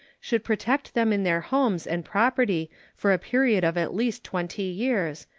should protect them in their homes and property for a period of at least twenty years,